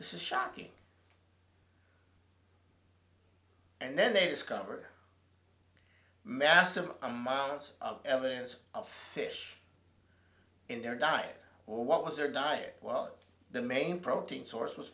this is shocking and then they discover massive amounts of evidence of fish in their diet or what was their diet world the main protein source was